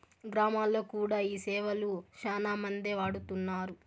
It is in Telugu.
గ్రామాల్లో కూడా ఈ సేవలు శ్యానా మందే వాడుతున్నారు